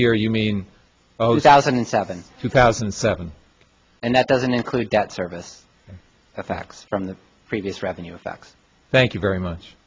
year you mean those thousand and seven two thousand and seven and that doesn't include debt service facs from the previous revenue effects thank you very much